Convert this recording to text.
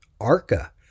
Arca